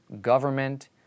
government